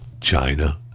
China